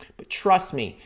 but trust me,